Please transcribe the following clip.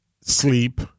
sleep